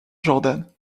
jordan